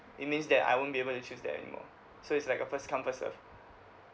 it means that I won't be able to choose that anymore so it's like a first come first serve